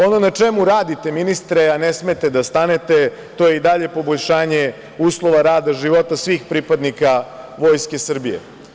Ono na čemu radite ministre, a ne smete da stanete, to je i dalje poboljšanje uslova rada života svih pripadnika Vojske Srbije.